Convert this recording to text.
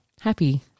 happy